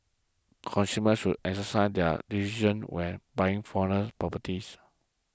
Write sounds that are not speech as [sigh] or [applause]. consumers should exercise due [unintelligible] when buying foreign properties